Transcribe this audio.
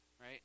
Right